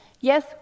yes